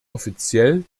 offiziell